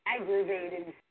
aggravated